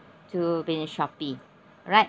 to be on shopee alright